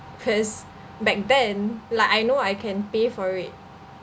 cause back then like I know I can pay for it